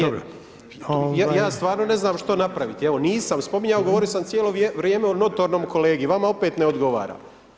Ja stvarno ne znam što napraviti, evo nisam spominjao govorio sam cijelo vrijeme o notornom kolegi i vama opet ne odgovara.